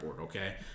okay